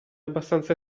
abbastanza